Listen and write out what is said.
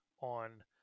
on